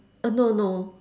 oh no no